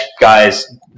guys